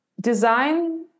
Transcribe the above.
design